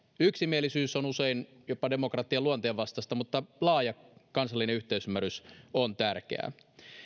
yksimielisyys on usein jopa demokratian luonteen vastaista mutta laaja kansallinen yhteisymmärrys on tärkeää